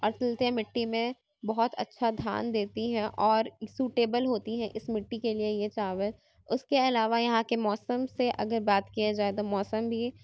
اصل سے مٹی میں بہت اچھا دھان دیتی ہیں اور سوٹیبل ہوتی ہیں اِس مٹی کے لیے یہ چاول اُس کے علاوہ یہاں کے موسم سے اگر بات کیا جائے تو موسم بھی